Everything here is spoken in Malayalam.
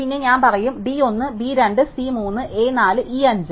പിന്നെ ഞാൻ പറയും D 1 B 2 C 3 A 4 E 5